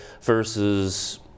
versus